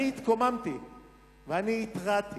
אני התקוממתי והתרעתי